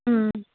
ಹ್ಞೂ